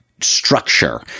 structure